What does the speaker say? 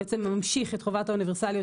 הוא בעצם ממשיך את חובת האוניברסליות